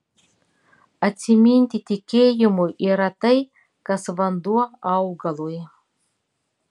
atsiminti tikėjimui yra tai kas vanduo augalui